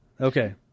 Okay